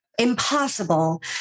impossible